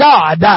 God